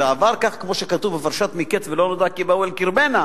וזה עבר כך כמו שכתוב בפרשת מקץ: "ולא נודע כי באו אל קרבנה".